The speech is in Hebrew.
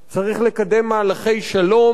צריך לקדם מהלכי שלום,